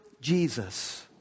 Jesus